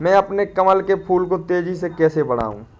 मैं अपने कमल के फूल को तेजी से कैसे बढाऊं?